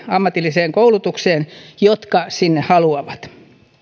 ammatilliseen koulutukseen pääsevät kaikki jotka sinne haluavat